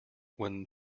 when